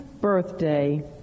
birthday